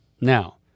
Now